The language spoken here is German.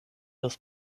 des